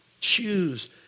Choose